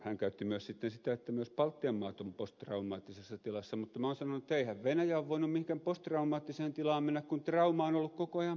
hänhän käytti myös sitten sitä että myös baltian maat ovat posttraumaattisessa tilassa mutta minä olen sanonut eihän venäjä ole mihinkään posttraumaattiseen tilaan mennä kun trauma on ollut koko ajan päällä